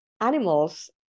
animals